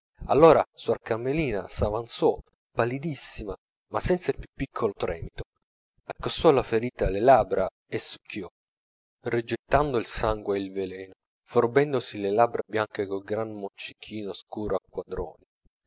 allora suor carmelina s'avanzò pallidissima ma senza il più piccolo tremito accostò alla ferita le labbra e succhiò rigettando il sangue e il veleno forbendosi le labbra bianche col gran moccichino scuro a quadroni